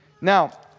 Now